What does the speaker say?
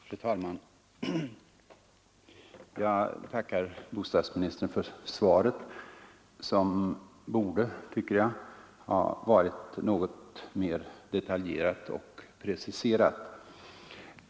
Fru talman! Jag tackar bostadsministern för svaret, som jag tycker borde ha varit något mer detaljerat och preciserat.